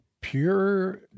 pure